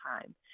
time